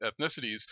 ethnicities